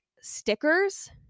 stickers